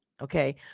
Okay